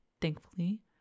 Thankfully